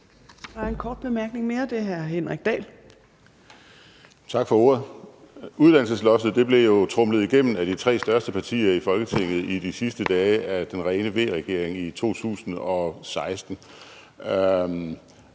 den er fra hr. Henrik Dahl. Kl. 11:46 Henrik Dahl (LA): Tak for ordet. Uddannelsesloftet blev jo tromlet igennem af de tre største partier i Folketinget i de sidste dage af den rene V-regerings tid i 2016.